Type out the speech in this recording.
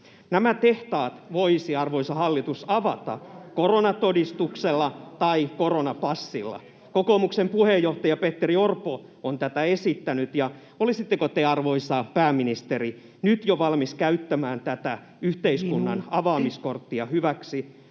Nämä tehtaat voisi, arvoisa hallitus, avata koronatodistuksella tai koronapassilla. Kokoomuksen puheenjohtaja Petteri Orpo on tätä esittänyt, ja olisitteko te, arvoisa pääministeri, nyt jo valmis käyttämään tätä yhteiskunnan [Puhemies: